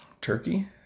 Turkey